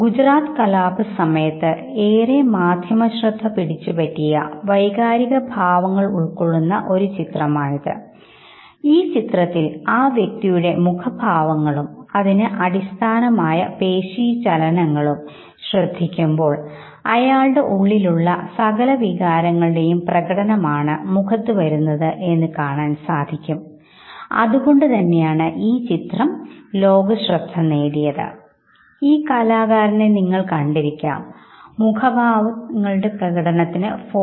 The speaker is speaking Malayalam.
അടിസ്ഥാനപരമായി ആയി ഏറ്റവുമധികം പൊരുത്തപ്പെട്ട് നിൽക്കുന്ന ചിത്രങ്ങൾ തിരഞ്ഞെടുക്കാൻ നിങ്ങൾക്ക് സാധിക്കുന്നു വ്യക്തികളുടെ വൈകാരികഭാവപ്രകടനങ്ങളെ കുറിച്ചും ആവിഷ്കാരത്തെ കുറിച്ചും പഠിക്കുമ്പോൾ ഇത്തരത്തിലുള്ള മാനുഷിക ഭാവങ്ങളെലെല്ലാം കണക്കിലെടുത്തിട്ടുണ്ട് മുഖത്തിൻറെ ഇരുവശങ്ങളും ഒരേപോലെ ഭാവം പ്രകടിപ്പിക്കുന്നില്ല എന്ന്പഠനങ്ങൾ തെളിയിച്ചിട്ടുണ്ട് മുഖത്തിൻറെ ഏതെങ്കിലും ഒരു വശത്ത് മാത്രമാണ് ഭാവങ്ങൾ തീവ്രമായി പ്രകടിപ്പിക്കാൻ സാധിക്കുന്നത്